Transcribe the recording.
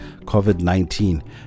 COVID-19